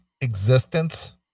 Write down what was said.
existence